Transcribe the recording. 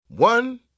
One